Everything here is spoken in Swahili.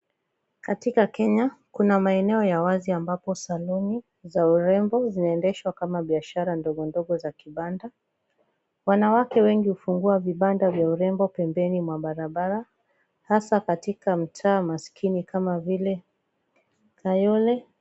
Katika Kenya kuna maeneo ya wazi ambazo saluni za urembo zinaendeshwa kama biashara ndogondogo za kibanda, wanawake wengi hufungua vibanda vya urembo pembeni mwa barabara hasa katika mtaa masikini kama vile Kayole.